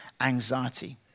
anxiety